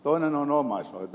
toinen on omaishoito